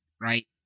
right